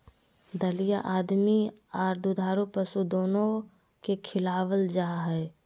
दलिया आदमी आर दुधारू पशु दोनो के खिलावल जा हई,